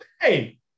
hey